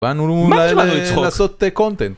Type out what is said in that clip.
באנו אהה.. לעשות אהה.. קונטנט